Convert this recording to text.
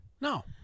No